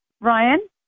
Ryan